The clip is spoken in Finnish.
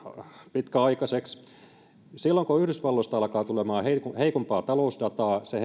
pitkäaikaiseksi silloin kun yhdysvalloista alkaa tulemaan heikompaa talousdataa se